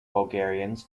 bulgarians